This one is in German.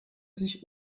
sich